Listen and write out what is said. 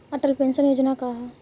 Atal pension Yojana का ह?